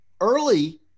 early